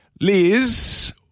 Liz